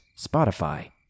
Spotify